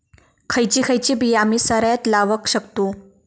खयची खयची बिया आम्ही सरायत लावक शकतु?